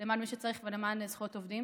למען מי שצריך ולמען זכויות עובדים,